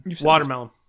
Watermelon